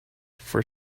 for